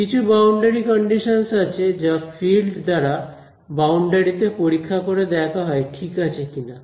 কিছু boundary conditions আছে যা ফিল্ড দ্বারা বাউন্ডারি তে পরীক্ষা করে দেখা হয় ঠিক আছে কিনা